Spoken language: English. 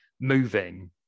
moving